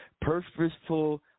purposeful